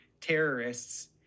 terrorists